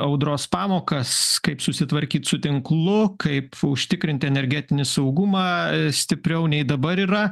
audros pamokas kaip susitvarkyt su tinklu kaip užtikrinti energetinį saugumą stipriau nei dabar yra